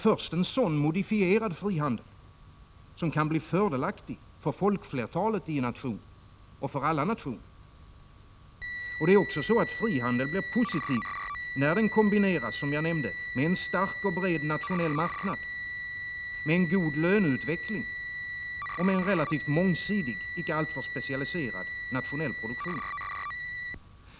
Först en sådan modifierad frihandel blir fördelaktig för folkflertalet i en nation och för alla nationer. Det är också så, som jag nämnde, att frihandel blir positiv när den kombineras med en stark och bred nationell marknad, med en god löneutveckling och med en relativt mångsidig, icke alltför specialiserad nationell produktion.